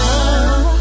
Love